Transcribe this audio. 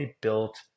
built